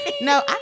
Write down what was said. No